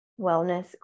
wellness